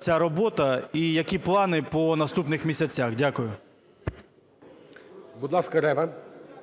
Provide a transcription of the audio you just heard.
ця робота, і які плани по наступних місяцях. Дякую.